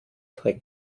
trick